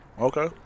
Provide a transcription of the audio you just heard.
Okay